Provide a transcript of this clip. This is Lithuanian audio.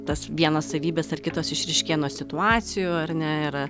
tas vienos savybės ar kitos išryškėja nuo situacijų ar ne ir